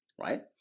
right